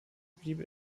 blieb